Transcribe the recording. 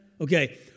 Okay